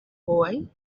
boy